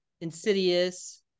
insidious